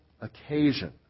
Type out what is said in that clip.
occasion